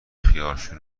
خیارشور